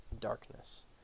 darkness